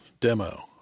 demo